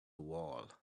wall